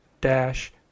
dash